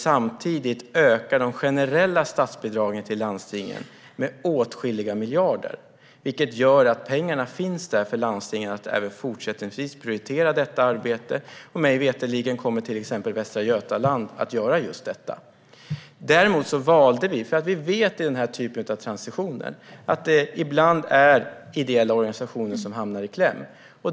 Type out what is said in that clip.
Samtidigt ökar vi de generella statsbidragen till landstingen med åtskilliga miljarder, vilket gör att det finns pengar för att landstingen även fortsättningsvis ska kunna prioritera detta arbete. Mig veterligen kommer till exempel Västra Götaland att göra just detta. När det gäller den här typen av transitioner vet vi att ideella organisationer ibland hamnar i kläm.